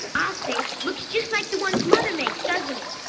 ah say. looks just like the ones mother makes, doesn't it?